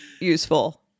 useful